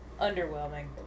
Underwhelming